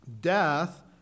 death